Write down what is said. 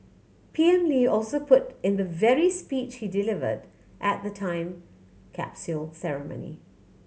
P M Lee also put in the very speech he delivered at the time capsule ceremony